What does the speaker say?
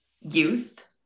youth